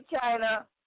China